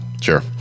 sure